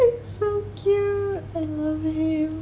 so cute a movie